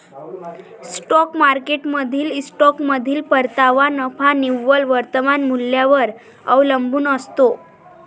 stock मार्केटमधील स्टॉकमधील परतावा नफा निव्वळ वर्तमान मूल्यावर अवलंबून असतो